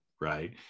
right